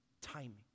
timing